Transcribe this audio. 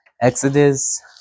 Exodus